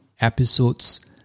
episodes